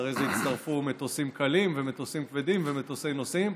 ואחרי זה הצטרפו מטוסים קלים ומטוסים כבדים ומטוסי נוסעים.